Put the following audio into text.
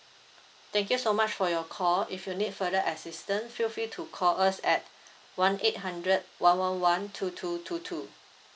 thank you so much for your call if you need further assistance feel free to call us at one eight hundred one one one two two two two